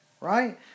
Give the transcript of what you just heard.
right